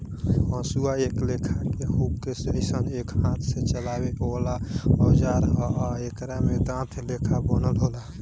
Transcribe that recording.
हसुआ एक लेखा के हुक के जइसन एक हाथ से चलावे वाला औजार ह आ एकरा में दांत लेखा बनल होला